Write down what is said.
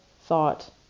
thought